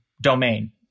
domain